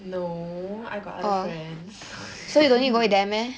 no I got other friends